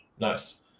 Nice